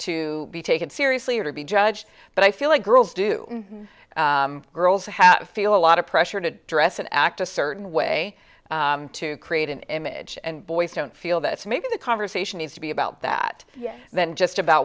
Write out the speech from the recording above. to be taken seriously or to be judged but i feel like girls do girls how to feel a lot of pressure to dress and act a certain way to create an image and boys don't feel that's maybe the conversation needs to be about that than just about